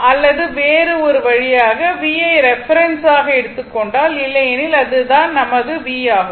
அல்லது வேறு ஒரு வழியாக v ஐ ரெஃபரென்ஸ் ஆக எடுத்துக் கொண்டால் இல்லையெனில் இது தான் நமது v ஆகும்